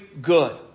good